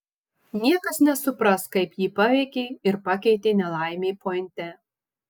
niekas nesupras kaip jį paveikė ir pakeitė nelaimė pointe